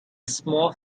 small